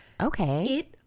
Okay